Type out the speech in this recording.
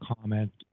comment